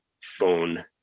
phone